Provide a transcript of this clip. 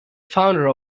founder